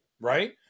right